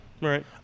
Right